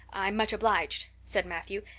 i'm much obliged, said matthew,